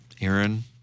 Aaron